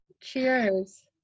Cheers